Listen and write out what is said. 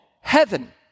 heaven